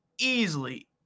easily